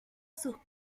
sus